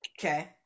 Okay